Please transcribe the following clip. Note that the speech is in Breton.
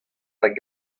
hag